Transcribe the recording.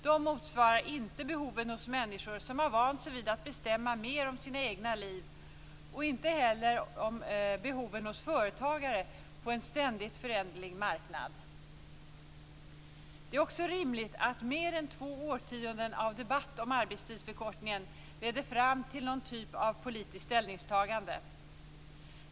De motsvarar inte behoven hos människor som vant sig vid att bestämma mer om sina egna liv och inte heller behoven hos företagare på en ständigt föränderlig marknad. Det är också rimligt att mer än två årtionden av debatt om arbetstidsförkortningen leder fram till någon typ av politiskt ställningstagande.